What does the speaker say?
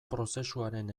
prozesuaren